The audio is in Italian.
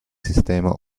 sistema